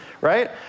right